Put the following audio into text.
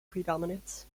predominates